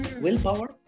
willpower